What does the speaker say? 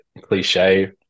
cliche